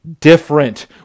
different